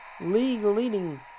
league-leading